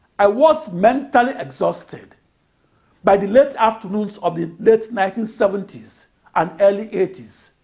i was mentally exhausted by the late afternoons of the late nineteen seventy s and early eighty s.